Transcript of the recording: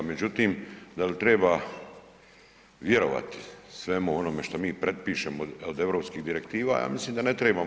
Međutim, da li treba vjerovati svemu onome što mi prepišemo od europskih direktiva, ja mislim da ne trebamo.